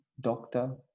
doctor